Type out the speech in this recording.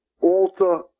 alter